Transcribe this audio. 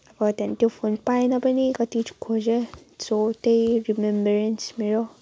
हो त्यहाँदेखि त्यो फोन पाएन पनि कति खेजेँ सो त्यही रिमेम्बरेन्स मेरो